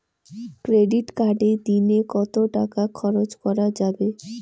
Credit কার্ডে দিনে কত টাকা খরচ করা যাবে?